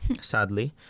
Sadly